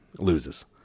loses